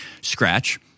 scratch